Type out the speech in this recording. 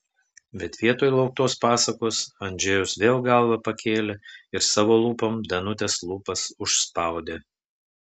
bet vietoj lauktos pasakos andžejus vėl galvą pakėlė ir savo lūpom danutės lūpas užspaudė